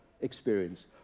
experience